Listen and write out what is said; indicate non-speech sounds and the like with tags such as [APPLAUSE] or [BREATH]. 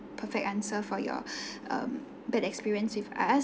perfect answer for your [BREATH] um bad experience with us